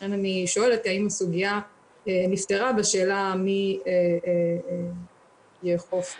לכן אני שואלת האם הסוגיה נפתרה בשאלה מי יאכוף.